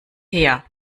her